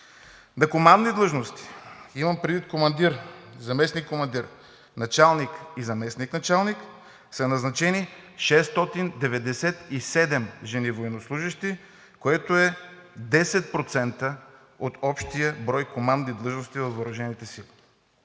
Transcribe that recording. На командни длъжности, като имам предвид командир, заместник-командир, началник, заместник-началник са назначени 697 жени военнослужещи, което е 10% от общия брой командни длъжности във въоръжените сили.